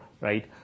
right